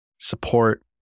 support